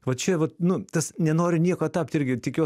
va čia vat nu tas nenori nieko tapt irgi tikiuos